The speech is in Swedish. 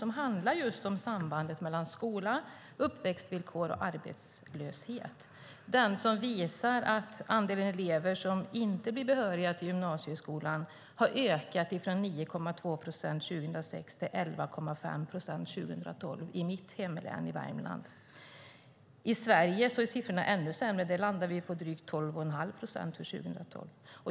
Den handlar om sambandet mellan skola, uppväxtvillkor och arbetslöshet och visar att andelen elever som inte blir behöriga till gymnasieskolan i mitt hemlän Värmland ökat från 9,2 procent 2006 till 11,5 procent 2012. I Sverige som helhet är siffrorna ännu sämre. Där landar vi på drygt 12 1⁄2 procent för 2012.